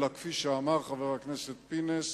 אלא כפי שאמר חבר הכנסת פינס,